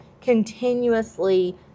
Continuously